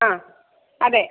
ആ അതെ